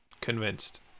convinced